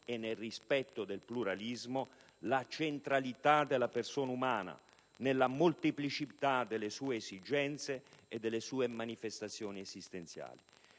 nel rispetto del pluralismo, la centralità della persona umana nella molteplicità delle sue esigenze e delle sue manifestazioni esistenziali.